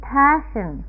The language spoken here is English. passion